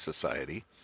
society